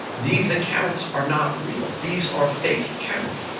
these accounts are not real, these are fake accounts.